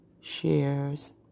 shares